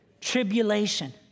Tribulation